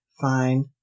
fine